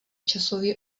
časově